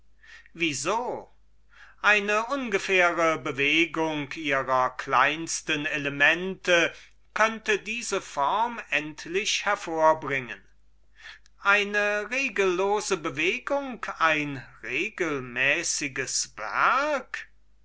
wieso hippias eine ungefähre bewegung ihrer kleinsten elemente könnte diese form endlich hervorbringen agathon eine regellose bewegung ein regelmäßiges werk